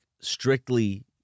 strictly